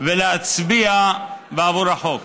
ולהצביע עבור החוק.